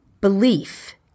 belief